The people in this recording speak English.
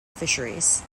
fisheries